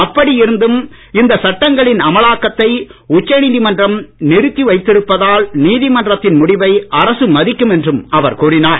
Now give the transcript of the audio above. அப்படி இருந்தும் இந்த சட்டங்களின் அமலாக்கத்தை உச்சநீதிமன்றம் நிறுத்தி வைத்திருப்பதால் நீதிமன்றத்தின் முடிவை அரசு மதிக்கும் என்றும் அவர் கூறினார்